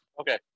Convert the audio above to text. Okay